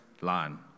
line